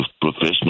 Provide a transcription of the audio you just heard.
professional